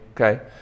okay